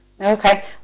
Okay